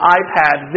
iPad